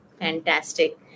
Fantastic